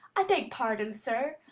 i beg pardon, sir,